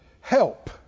help